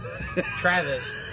Travis